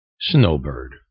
Snowbird